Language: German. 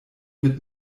mit